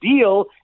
deal